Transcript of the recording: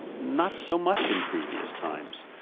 not so much in previous times.